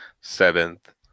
seventh